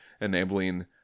enabling